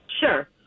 sure